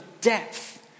depth